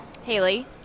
Haley